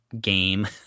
game